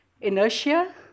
Inertia